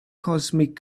cosmic